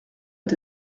est